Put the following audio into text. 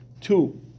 two